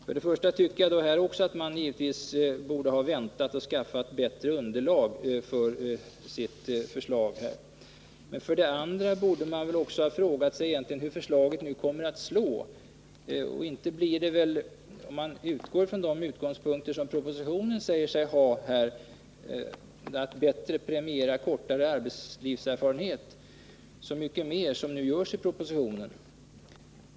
För det första tycker jag att man borde ha väntat och skaffat bättre underlag för sitt förslag. För det andra vill jag peka på att man också borde ha frågat sig hur förslaget nu kommer att slå. Inte blir det väl — utifrån de utgångspunkter propositionen säger sig ha — bättre att premiera kortare arbetslivserfarenhet så mycket mer som nu görs i propositionen.